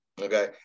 Okay